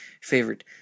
favorite